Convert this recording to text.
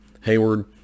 Hayward